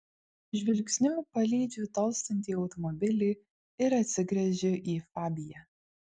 žvilgsniu palydžiu tolstantį automobilį ir atsigręžiu į fabiją